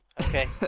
Okay